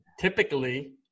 typically